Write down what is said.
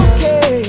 Okay